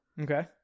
Okay